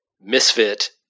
Misfit